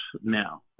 now